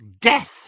death